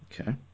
Okay